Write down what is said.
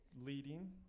leading